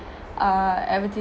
uh adverti~